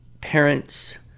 parents